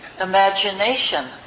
imagination